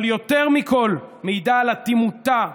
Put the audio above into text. אבל יותר מכול מעידה על אטימותה,